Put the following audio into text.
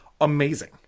amazing